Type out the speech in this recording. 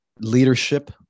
leadership